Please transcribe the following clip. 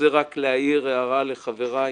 רוצה רק להעיר הערה לחבריי